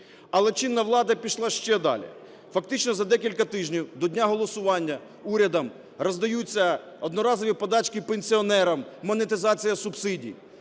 Але чинна влада пішла ще далі: фактично за декілька тижнів до дня голосування урядом роздаються одноразові подачки пенсіонерам, монетизація субсидій.